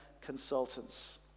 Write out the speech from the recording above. consultants